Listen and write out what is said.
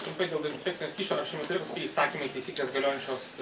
trumpai dėl dezinfekcinio skysčio ar šiuo metu kokie įsakymai taisyklės galiojančios